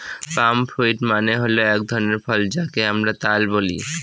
পাম fruit মানে হল এক ধরনের ফল যাকে আমরা তাল বলি